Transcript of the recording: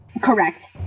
correct